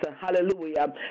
Hallelujah